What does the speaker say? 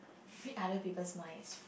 read other peoples mind